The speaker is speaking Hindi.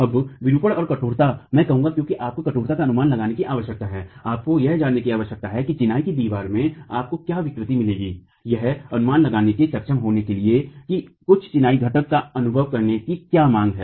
अब विरूपण और कठोरता मैं कहूंगा क्योंकि आपको कठोरता का अनुमान लगाने की आवश्यकता है आपको यह जानने की आवश्यकता है कि चिनाई की दीवार में आपको क्या विकृति मिलेगी यह अनुमान लगाने में सक्षम होने के लिए कि कुछ चिनाई घटक का अनुभव करने की क्या मांग है